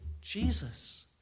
Jesus